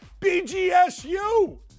BGSU